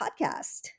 podcast